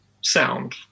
sound